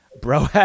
Bro